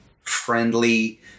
Friendly